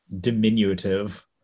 diminutive